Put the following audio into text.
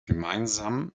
gemeinsam